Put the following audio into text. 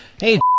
Hey